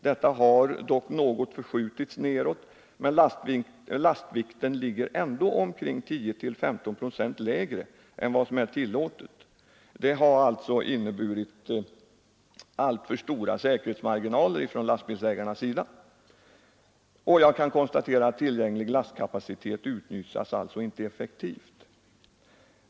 Detta har dock något förskjutits neråt, men lastvikten ligger ändå omkring 10—15 procent lägre än vad som är tillåtet. Det har inneburit alltför stora säkerhetsmarginaler från lastbilsägarnas sida. Tillgänglig lastkapacitet utnyttjas alltså inte effektivt.